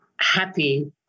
happy